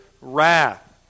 wrath